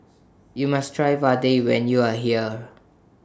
YOU must Try Vadai when YOU Are here